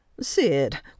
Sid